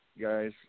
guys